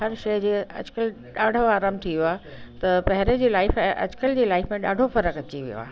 हर शइ जी अॼुकल्ह ॾाढो आराम थी वियो आहे त पहिरें जी लाइफ अॼुकल्ह जी लाइफ में ॾाढो फ़र्क़ु अची वियो आहे